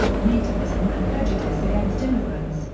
nativism and prejudice against immigrants,